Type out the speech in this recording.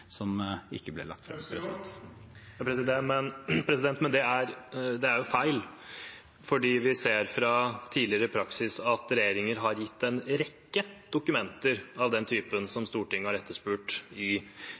som ikke ble lagt frem. Men det er jo feil, fordi vi ser fra tidligere praksis at regjeringer har gitt en rekke dokumenter av den typen som Stortinget har etterspurt i